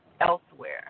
elsewhere